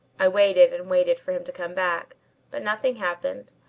i waited and waited for him to come back but nothing happened,